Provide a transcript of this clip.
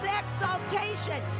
exaltation